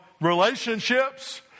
relationships